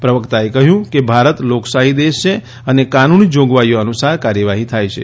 પ્રવકતાએ કહ્યું કે ભારત લોકશાહી દેશ છે અને કાનૂની જોગવાઇઓ અનુસાર કાર્યવાહી થાય છે